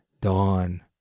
Dawn